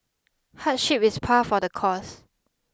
hardship is par for the course